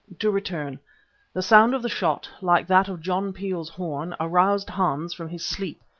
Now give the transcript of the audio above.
to return the sound of the shot, like that of john peel's horn, aroused hans from his sleep.